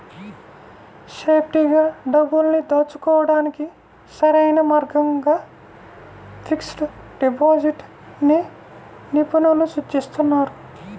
సేఫ్టీగా డబ్బుల్ని దాచుకోడానికి సరైన మార్గంగా ఫిక్స్డ్ డిపాజిట్ ని నిపుణులు సూచిస్తున్నారు